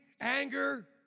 anger